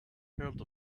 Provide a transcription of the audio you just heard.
heard